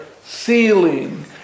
ceiling